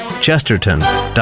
Chesterton